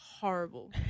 horrible